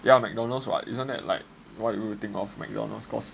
ya Mcdonald's [what] isn't that like what you would think of Mcdonald's cause